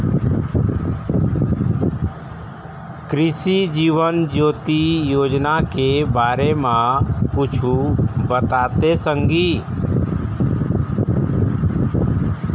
कृसि जीवन ज्योति योजना के बारे म कुछु बताते संगी